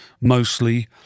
mostly